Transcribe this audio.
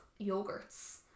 yogurts